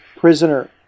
Prisoner